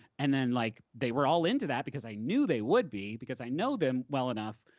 and then like they were all into that because i knew they would be because i know them well enough.